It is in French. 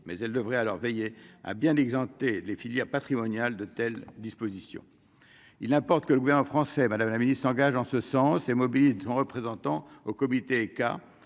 mais elle devrait alors veiller à bien d'exempter les filières patrimonial de telles dispositions, il importe que louer en français, Madame la Ministre, s'engage en ce sens et mobilisent son représentant au comité